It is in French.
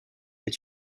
est